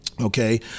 okay